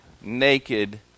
naked